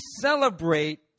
celebrate